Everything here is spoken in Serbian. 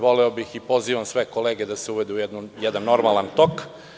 Voleo bih i pozivam sve kolege da se uvedu u jedan normalan tok.